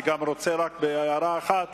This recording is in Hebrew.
אני גם רוצה לומר רק בהערה אחת: